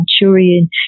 Manchurian